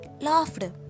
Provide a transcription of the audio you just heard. laughed